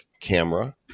camera